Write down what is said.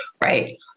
right